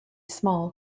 small